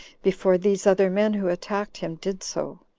before these other men who attacked him did so